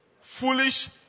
foolish